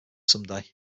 someday